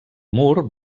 mur